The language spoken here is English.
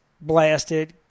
blasted